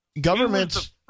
government